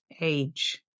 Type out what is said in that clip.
age